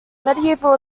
medieval